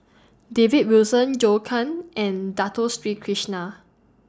David Wilson Zhou Can and Dato Sri Krishna